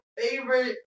favorite